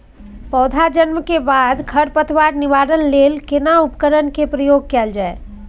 पौधा जन्म के बाद खर पतवार निवारण लेल केना उपकरण कय प्रयोग कैल जाय?